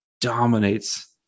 dominates